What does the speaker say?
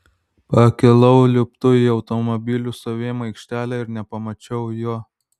pakilau liftu į automobilių stovėjimo aikštelę ir nepamačiau jo